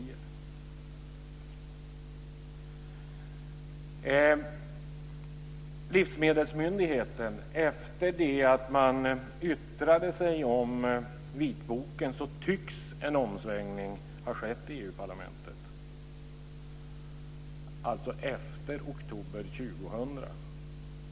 När det gäller frågan om en livsmedelsmyndighet tycks det efter det att man yttrade sig om vitboken ha skett en omsvängning i EU-parlamentet - efter oktober 2000.